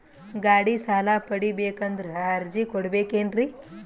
ಗಾಡಿ ಸಾಲ ಪಡಿಬೇಕಂದರ ಅರ್ಜಿ ಕೊಡಬೇಕೆನ್ರಿ?